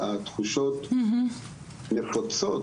אלא תחושות נחוצות,